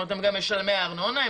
הם גם משלמי ארנונה,